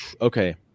Okay